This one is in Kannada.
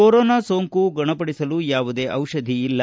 ಕೊರೋನಾ ಸೋಂಕು ಗುಣಪಡಿಸಲು ಯಾವುದೇ ದಿಷಧಿಯಿಲ್ಲ